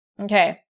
Okay